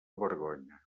vergonya